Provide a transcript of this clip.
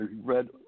read